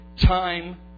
time